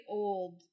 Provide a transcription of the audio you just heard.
old